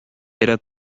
era